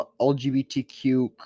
LGBTQ